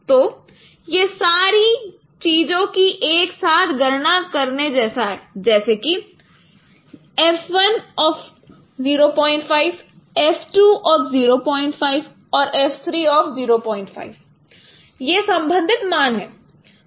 तो यह सारी चीजों की एक साथ गणना करने जैसा है जैसे कि f₁05 f₂05 और f₃05 यह संबंधित मान है